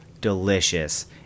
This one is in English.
delicious